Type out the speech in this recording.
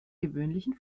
gewöhnlichen